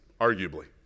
arguably